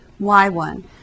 y1